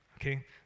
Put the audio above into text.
Okay